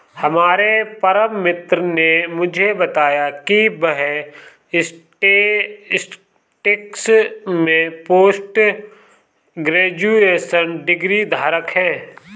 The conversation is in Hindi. हमारे परम मित्र ने मुझे बताया की वह स्टेटिस्टिक्स में पोस्ट ग्रेजुएशन डिग्री धारक है